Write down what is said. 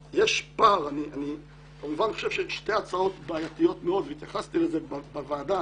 אני כמובן חושב ששתי ההצעות בעייתיות מאוד והתייחסתי לזה בוועדה,